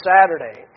Saturday